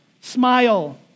smile